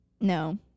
No